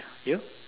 you